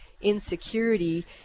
insecurity